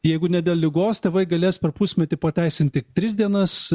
jeigu ne dėl ligos tėvai galės per pusmetį pateisint tik tris dienas